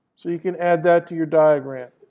so you can add that to your diagram.